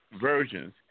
versions